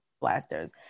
blasters